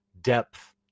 depth